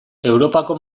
europako